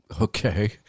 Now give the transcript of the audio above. Okay